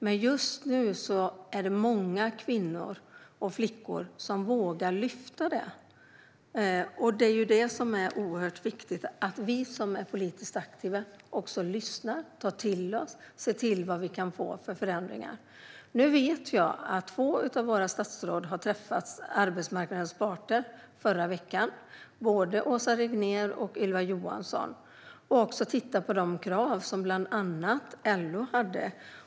Men just nu vågar många kvinnor och flickor ta upp det här, och då är det oerhört viktigt att vi som är politiskt aktiva också lyssnar, tar till oss och ser vilka förändringar som kan göras. Jag vet att två av statsråden träffade arbetsmarknadens parter förra veckan. Det var Åsa Regnér och Ylva Johansson. De tittade på de krav som bland andra LO hade.